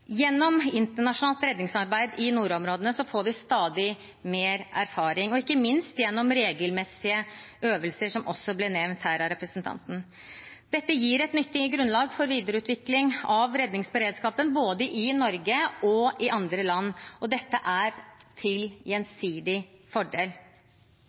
Gjennom internasjonalt redningsarbeid i nordområdene får vi stadig mer erfaring, og ikke minst gjennom regelmessige øvelser, som også nevnt av representanten. Dette gir et nyttig grunnlag for videreutvikling av redningsberedskapen både i Norge og i andre land, og det er til